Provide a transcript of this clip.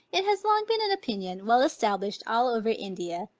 it has long been an opinion, well established all over india,